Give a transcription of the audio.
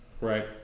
Right